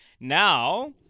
now